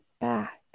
back